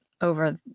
over